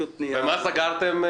ומה סגרתם?